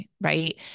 right